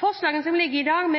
Forslagene som foreligger i dag, om